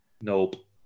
nope